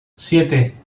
siete